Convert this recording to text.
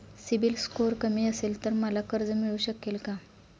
CIBIL score कमी असेल तर मला कर्ज मिळू शकेल का?